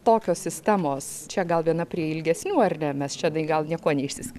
tokios sistemos čia gal viena prie ilgesnių ar ne mes čia tai gal niekuo neišsiskiriam